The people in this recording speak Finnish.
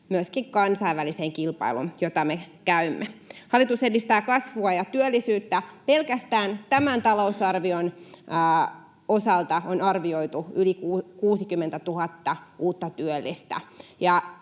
kansainväliseen kilpailuun, jota me käymme. Hallitus edistää kasvua ja työllisyyttä. Pelkästään tämän talousarvion osalta on arvioitu: yli 60 000 uutta työllistä.